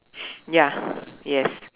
ya yes